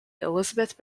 elizabeth